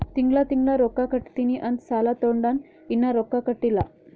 ತಿಂಗಳಾ ತಿಂಗಳಾ ರೊಕ್ಕಾ ಕಟ್ಟತ್ತಿನಿ ಅಂತ್ ಸಾಲಾ ತೊಂಡಾನ, ಇನ್ನಾ ರೊಕ್ಕಾ ಕಟ್ಟಿಲ್ಲಾ